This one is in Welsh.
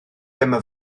dyma